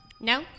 No